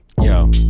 Yo